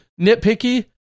nitpicky